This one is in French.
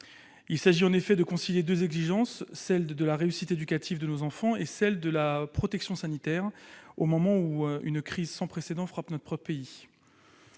Il s'agit en effet de concilier deux exigences : la réussite éducative de nos enfants et la protection sanitaire, au moment où une crise sans précédent frappe notre pays.